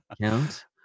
count